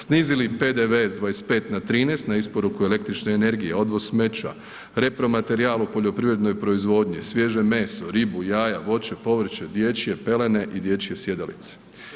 Snizili PDV s 25 na 13 na isporuku električne energije, odvoz smeća, repromaterijal u poljoprivrednoj proizvodnji, svježe meso, ribu, jaja, voće, povrće, dječje pelene i dječje sjedalice.